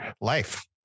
Life